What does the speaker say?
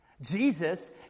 Jesus